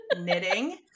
knitting